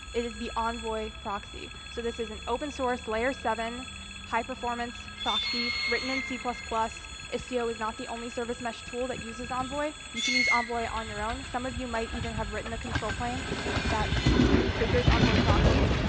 it is the envoy proxy. so this is an open-source layer seven high-performance proxy written in c. istio is istio is not the only service mesh tool that uses envoy. you can use envoy on your own. some of you might even have written a control plane that configures envoy proxies.